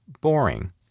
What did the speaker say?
boring